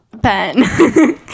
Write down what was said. Ben